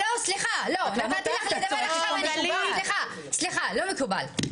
סליחה, לא מקובל.